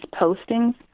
postings